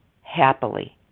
happily